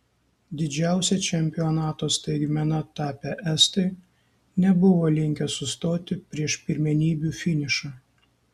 didžiausia čempionato staigmena tapę estai nebuvo linkę sustoti prieš pirmenybių finišą